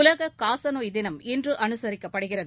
உலக காசநோய் தினம் இன்று அனுசரிக்கப்படுகிறது